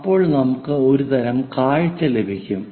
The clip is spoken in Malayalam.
അപ്പോൾ നമുക്ക് ഒരുതരം കാഴ്ച ലഭിക്കും